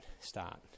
start